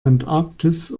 antarktis